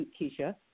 Keisha